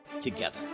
together